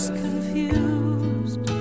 confused